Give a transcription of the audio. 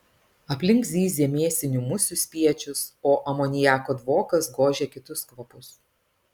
aplink zyzė mėsinių musių spiečius o amoniako dvokas gožė kitus kvapus